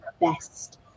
best